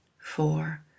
four